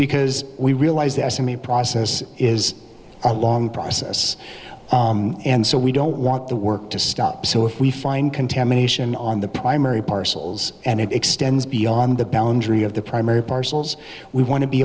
because we realize the estimate process is a long process and so we don't want the work to stop so if we find contamination on the primary parcels and it extends beyond the boundary of the primary parcels we want to be